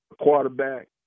quarterback